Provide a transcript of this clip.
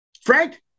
Frank